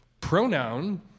pronoun